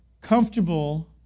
comfortable